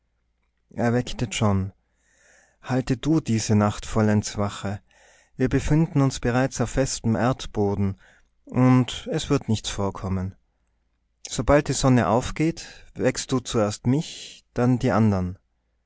er weckte john halte du diese nacht vollends wache wir befinden uns bereits auf festem erdboden und es wird nichts vorkommen sobald die sonne aufgeht weckst du zuerst mich dann die andern